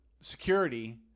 security